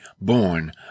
born